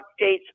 updates